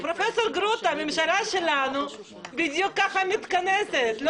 פרופסור גרוטו, בדיוק כך מתכנסת הממשלה שלנו.